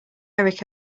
eric